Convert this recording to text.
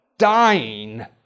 Dying